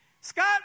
Scott